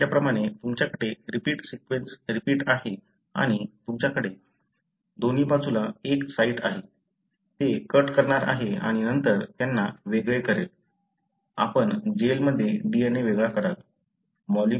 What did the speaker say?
मी म्हटल्याप्रमाणे तुमच्याकडे रिपीट आहे आणि तुमच्याकडे दोन्ही बाजूला एक साइट आहे ते कट करणार आहे आणि नंतर त्यांना वेगळे करेल आपण जेलमध्ये DNA वेगळे कराल